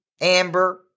Amber